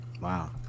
Wow